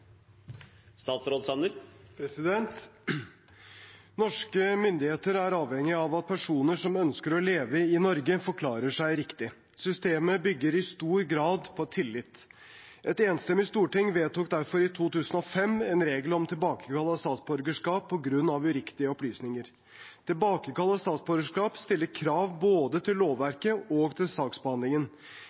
avhengig av at personer som ønsker å leve i Norge, forklarer seg riktig. Systemet bygger i stor grad på tillit. Et enstemmig storting vedtok derfor i 2005 en regel om tilbakekall av statsborgerskap på grunn av uriktige opplysninger. Tilbakekall av statsborgerskap stiller krav både til lovverket og til saksbehandlingen.